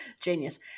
Genius